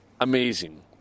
Amazing